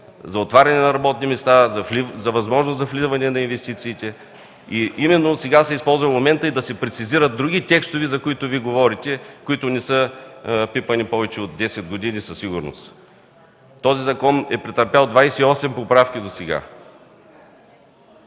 за отваряне на работни места, за възможности за вливане на инвестиции. Именно сега се използва моментът, за да се прецизират и други текстове, за които Вие говорите и които не са пипани повече от 10 години със сигурност. Този закон е претърпял 28 поправки досега.